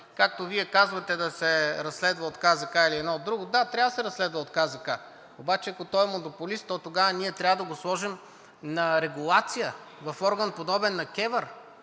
както Вие казвате, да се разследва от КЗК или друго. Да, трябва да се разследва от КЗК, обаче ако той е монополист то тогава ние трябва да го сложим на регулация в орган, подобен на КЕВР,